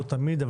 לא תמיד,